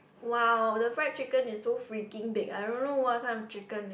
!wow! the fried chicken is so freaking big I don't know what kind of chicken they